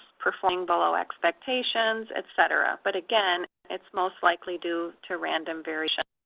performing below expectations, et cetera. but, again it's most likely due to random variation.